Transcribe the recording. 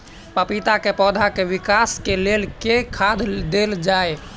पपीता केँ पौधा केँ विकास केँ लेल केँ खाद देल जाए?